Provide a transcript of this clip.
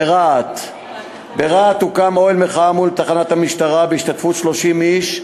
ברהט הוקם אוהל מחאה מול תחנת המשטרה בהשתתפות 30 איש.